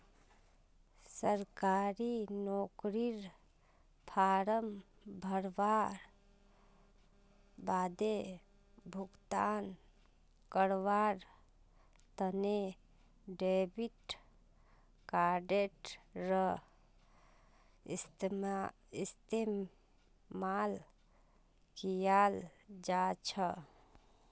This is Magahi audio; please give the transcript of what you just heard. सरकारी नौकरीर फॉर्म भरवार बादे भुगतान करवार तने डेबिट कार्डडेर इस्तेमाल कियाल जा छ